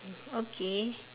okay